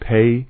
Pay